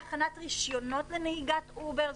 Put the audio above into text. בהכנת רישיונות לנהיגת "אובר".